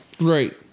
Right